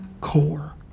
core